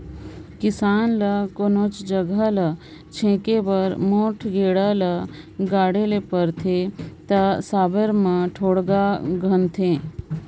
किसान ल कोनोच जगहा ल छेके बर मोट गेड़ा ल गाड़े ले परथे ता साबर मे ढोड़गा खनथे